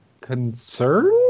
concern